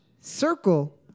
circle